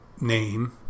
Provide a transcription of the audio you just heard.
name